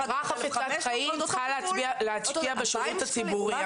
חברה חפצת חיים צריכה להשפיע בשירות הציבורי,